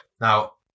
Now